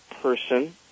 person